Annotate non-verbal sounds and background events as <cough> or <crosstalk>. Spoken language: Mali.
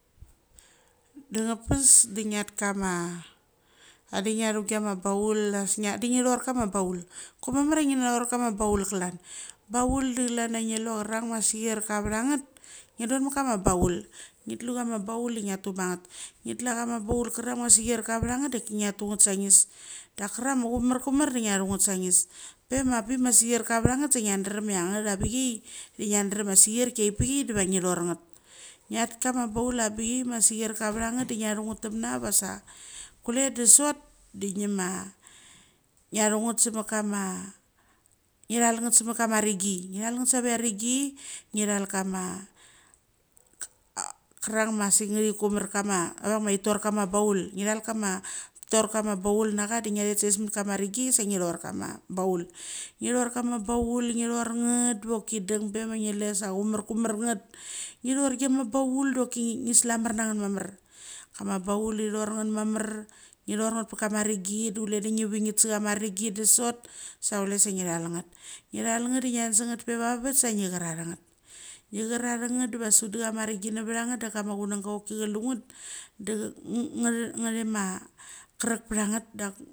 Danga pes da ngith kama <unintelligible> ngiachu giama baul choi mamar cha rorth kama banl klan. Baulde de chlan chia nge lu charangma sekirka vranag nget. Ange don mit kama baul ngeth cha ma baul te ngiata ma nget. <unintelligible> chama baul charang ma sekirk vranget de ngaitu nget sa nges da charang ma chumar chumar de ngth nget sa ages. Pe maebik ma sekirka varang nget sa ngthdarem chai nget abichia, de ngth darem chia sekirki chaipe chai de nge thor nget nght kama baul baul abichia ma sokirka vang nget de ngthchu nget temna vasa kole de sotde ngima ngtu chu nget semit kama <hesitation> nge thal nget smit kama rengi. Ngi thaluget save avengi ngi thal kama <hesitation> krang masek the komar kama avang ma thetor kama baul, ngthal kama, thetor kama baul nacha de ngthet save savet kama rengi sa nge thorchama baul. Nge thorcha ma bauluge thorch nget dokideng bema <unintelligible> sa achumar chumar nget, nge thotch giama baul doki ngi slamar nget mamar. Kama baulde thornget mamar, nge thornget mit kama rengi de chule de ngi vengnget sa chama rengide spt sa chule sa ngthal uget. Ngthal uget de ngiang sangng pe va vet sa ngecharengget. Nge chareng nget deva sianda chama rengi vevarang nget da kama kungnga koki chalunget <hesitation> ma krak pa nget da.